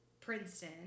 Princeton